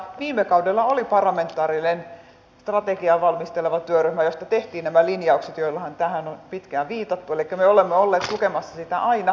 viime kaudella oli parlamentaarinen strategiaa valmisteleva työryhmä josta tehtiin nämä linjaukset joillahan tähän on pitkään viitattu elikkä me olemme olleet tukemassa sitä aina